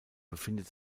befindet